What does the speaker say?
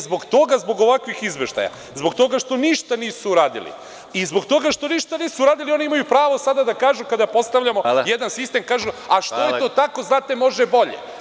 Zbog toga, zbog ovakvih izveštaja, zbog toga što ništa nisu uradili i zbog toga što ništa nisu uradili oni imaju pravo sada da kažu kada postavljamo jedan sistem, kažu – a što je to tako, znate može bolje?